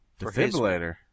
Defibrillator